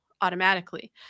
automatically